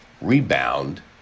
rebound